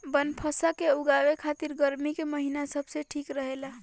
बनफशा के उगावे खातिर गर्मी के महिना सबसे ठीक रहेला